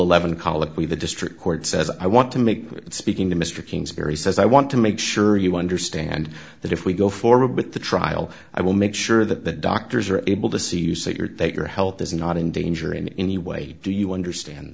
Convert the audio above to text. eleven colloquy the district court says i want to make speaking to mr kingsbury says i want to make sure you understand that if we go forward with the trial i will make sure that the doctors are able to see you so you're take your health is not in danger in any way do you understand